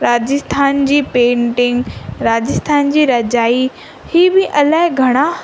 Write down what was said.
राजस्थान जी पेंटिंग राजस्थान जी रजाई हीउ बि अलाए घणा